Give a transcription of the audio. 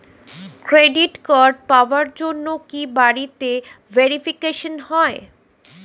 Credit card পাওয়ার জন্য কি বাড়িতে ভেরিফিকেশন হয়?